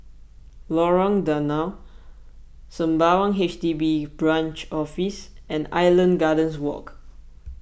Lorong Danau Sembawang H D B Branch Office and Island Gardens Walk